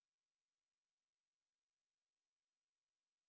the cheerful Batman like hey